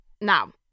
Now